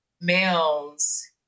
males